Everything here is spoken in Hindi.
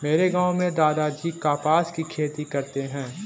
मेरे गांव में दादाजी कपास की खेती करते हैं